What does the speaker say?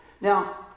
Now